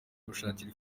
gushakira